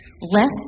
less